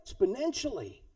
Exponentially